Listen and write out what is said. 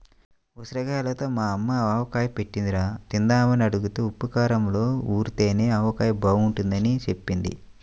ఉసిరిగాయలతో మా యమ్మ ఆవకాయ బెట్టిందిరా, తిందామని అడిగితే ఉప్పూ కారంలో ఊరితేనే ఆవకాయ బాగుంటదని జెప్పింది